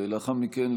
ולאחר מכן,